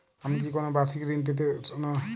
আমি কি কোন বাষিক ঋন পেতরাশুনা?